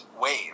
wave